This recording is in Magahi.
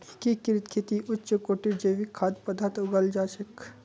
एकीकृत खेती स उच्च कोटिर जैविक खाद्य पद्दार्थ उगाल जा छेक